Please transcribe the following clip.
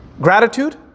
Gratitude